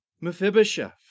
Mephibosheth